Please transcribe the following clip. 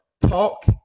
talk